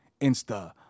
Insta